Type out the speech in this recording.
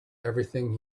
everything